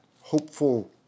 hopeful